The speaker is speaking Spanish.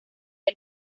del